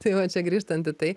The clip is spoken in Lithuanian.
tai va čia grįžtant į tai